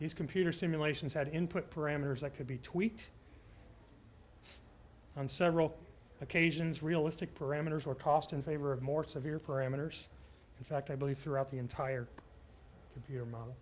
these computer simulations had input parameters that could be tweet on several occasions realistic parameters were tossed in favor of more severe parameters in fact i believe throughout the entire computer mo